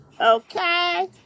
Okay